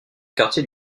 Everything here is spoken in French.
quartier